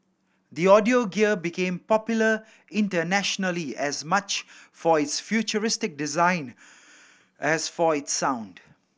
the audio gear became popular internationally as much for its futuristic design as for its sound